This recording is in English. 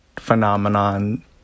phenomenon